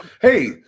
Hey